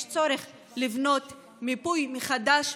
יש צורך לבנות מיפוי מחדש,